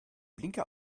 blinker